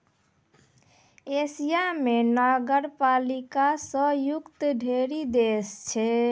Asia म नगरपालिका स युक्त ढ़ेरी देश छै